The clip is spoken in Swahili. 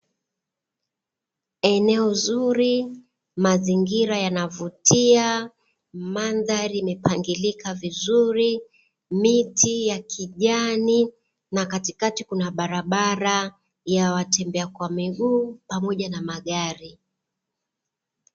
Eneo zuri, mazingira yanavutia, mandhari imepangilika vizuri, miti ya kijani na katikati kuna barabara ya watembea kwa miguu pamoja na magari.